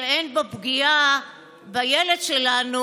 שאין בו פגיעה בילד שלנו,